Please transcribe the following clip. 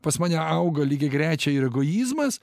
pas mane auga lygiagrečiai ir egoizmas